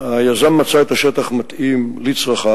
האם החלטה זו לקחה